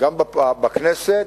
גם בכנסת,